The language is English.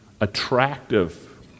attractive